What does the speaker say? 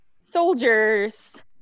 soldiers